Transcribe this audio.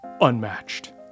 unmatched